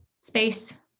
space